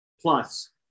plus